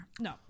no